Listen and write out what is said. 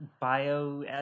Bio